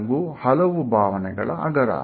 ನಗು ಹಲವು ಭಾವನೆಗಳ ಆಗರ